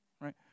right